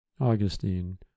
Augustine